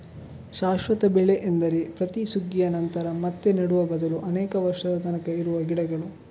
ಶಾಶ್ವತ ಬೆಳೆ ಎಂದರೆ ಪ್ರತಿ ಸುಗ್ಗಿಯ ನಂತರ ಮತ್ತೆ ನೆಡುವ ಬದಲು ಅನೇಕ ವರ್ಷದ ತನಕ ಇರುವ ಗಿಡಗಳು